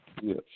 Yes